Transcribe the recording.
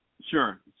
Sure